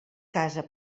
casa